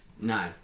no